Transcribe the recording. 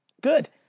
Good